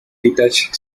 detached